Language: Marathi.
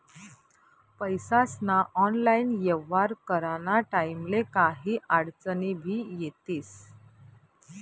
पैसास्ना ऑनलाईन येव्हार कराना टाईमले काही आडचनी भी येतीस